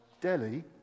Delhi